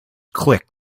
click